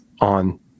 on